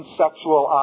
sexual